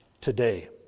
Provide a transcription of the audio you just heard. today